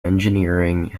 engineering